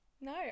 No